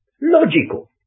logical